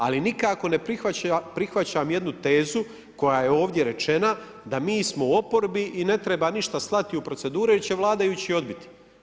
Ali, nikako ne prihvaćam jednu tezu, koja je ovdje rečena, da mi smo u oporbi i ne treba ništa slati u proceduru, jer će vladajući odbiti.